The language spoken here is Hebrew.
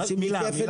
עושים כפל